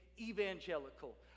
evangelical